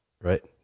right